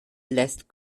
lässt